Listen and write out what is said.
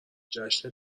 جشن